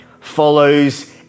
follows